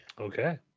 Okay